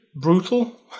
brutal